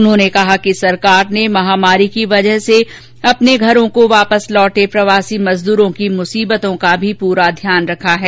उन्होंने कहा कि सरकार ने महामारी की वजह से अपने घरों को वापस लौटे प्रवासी मजदूरों की मुसीबतों का भी पूरा ध्यान रखा है